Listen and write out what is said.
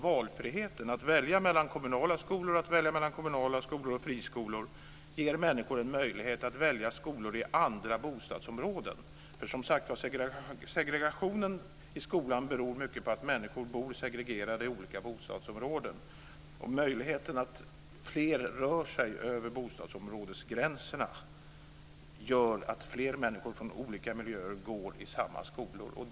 Valfriheten mellan kommunala skolor och kommunala skolor och friskolor ger människor en möjlighet att välja skolor i andra bostadsområden. Segregationen i skolan beror mycket på att människor bor segregerade i olika bostadsområden. Möjligheten att fler rör sig över bostadsområdesgränserna gör att fler människor från olika miljöer går i samma skolor.